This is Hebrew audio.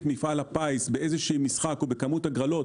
מפעל הפיס באיזשהו משחק או בכמות ההגרלות,